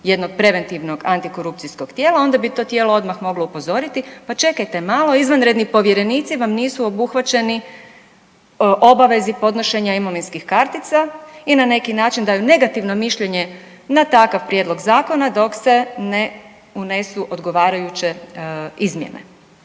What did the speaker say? jednog preventivnog antikorupcijskog tijela onda bi to tijelo odmah moglo upozoriti, pa čekajte malo, izvanredni povjerenici vam nisu obuhvaćeni obavezi podnošenja imovinskih kartica i na neki način daju negativno mišljenje na takav prijedlog zakona dok se ne unesu odgovarajuće izmjene.